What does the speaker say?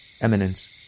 Eminence